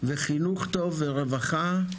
וחינוך טוב ורווחה,